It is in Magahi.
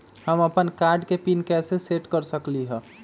हम अपन कार्ड के पिन कैसे सेट कर सकली ह?